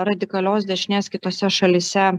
radikalios dešinės kitose šalyse